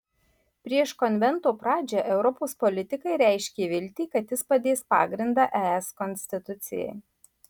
prieš konvento pradžią europos politikai reiškė viltį kad jis padės pagrindą es konstitucijai